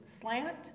slant